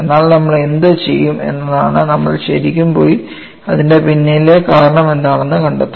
എന്നാൽ നമ്മൾ എന്തുചെയ്യും എന്നതാണ് നമ്മൾ ശരിക്കും പോയി അതിന്റെ പിന്നിലെ കാരണം എന്താണെന്ന് കണ്ടെത്തും